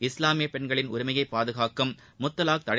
இஸ்லாமிய பெண்களின் உரிமையை பாதுகாக்கும் முத்தலாக் தடை